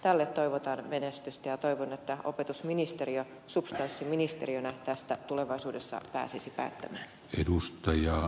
tälle toivotan menestystä ja toivon että opetusministeriö substanssiministeriönä tästä tulevaisuudessa pääsisi päättämään